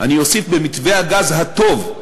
אני אוסיף: במתווה הגז הטוב,